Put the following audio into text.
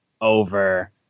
over –